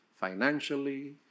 financially